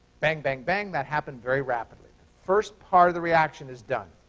bang, bang, bang, that happened very rapidly. the first part of the reaction is done.